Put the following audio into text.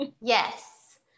Yes